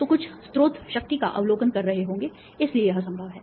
तो कुछ स्रोत शक्ति का अवलोकन कर रहे होंगे इसलिए यह संभव है